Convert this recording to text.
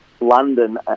London